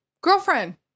Girlfriend